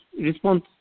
response